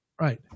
Right